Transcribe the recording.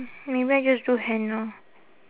maybe I just do henna